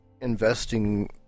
investing